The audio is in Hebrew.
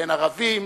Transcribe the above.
ובין ערבים,